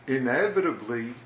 inevitably